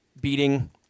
beating